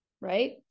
right